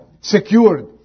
secured